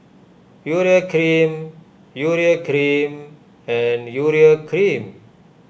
Urea Cream Urea Cream and Urea Cream